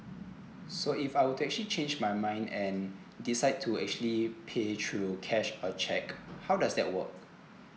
so if I were to actually change my mind and decide to actually pay through cash a cheque how does that work